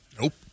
Nope